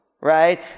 right